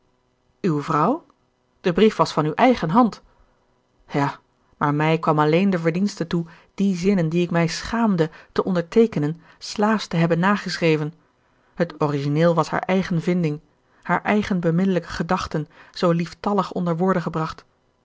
uw vrouw de brief was van uw eigen hand ja maar mij kwam alleen de verdienste toe die zinnen die ik mij schaamde te onderteekenen slaafsch te hebben nageschreven het origineel was haar eigen vinding haar eigen beminnelijke gedachten zoo lieftallig onder woorden gebracht